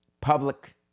public